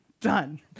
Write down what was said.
Done